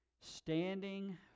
Standing